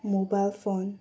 mobile phone